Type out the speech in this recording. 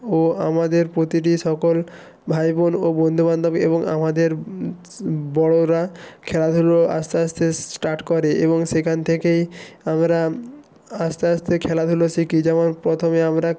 ও আমাদের প্রতিটি সকল ভাই বোন ও বন্ধু বান্ধব এবং আমাদের বড়োরা খেলাধুলো আস্তে আস্তে স্টার্ট করে এবং সেখান থেকে আমরা আস্তে আস্তে খেলাধুলো শিখি যেমন প্রথমে আমরা